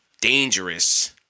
dangerous